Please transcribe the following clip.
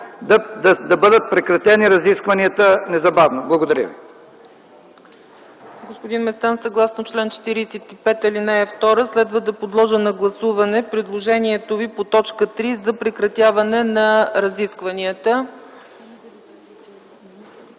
да бъдат прекратени разискванията незабавно. Благодаря.